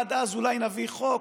עד אז אולי נביא חוק,